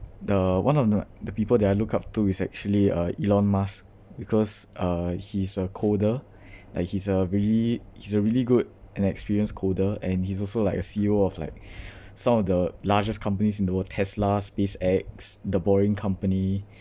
the one of th~ the people that I look up to is actually uh elon musk because uh he's a coder uh he's a really he's a really good and experienced coder and he's also like a C_E_O of like some of the largest companies in the world tesla SpaceX the boring company